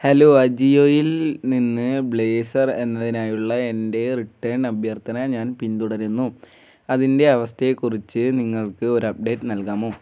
hello അജിയോയില്നിന്ന് blazer എന്നതിനായുള്ള എൻ്റെ റിട്ടേൺ അഭ്യർത്ഥന ഞാൻ പിന്തുടരുന്നു അതിൻ്റെ അവസ്ഥയെക്കുറിച്ച് നിങ്ങൾക്ക് ഒരു അപ്ഡേറ്റ് നൽകാമോ